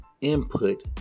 input